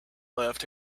left